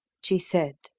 she said,